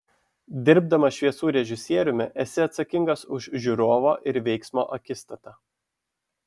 dirbdamas šviesų režisieriumi esi atsakingas už žiūrovo ir veiksmo akistatą